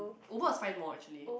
Uber is fined more actually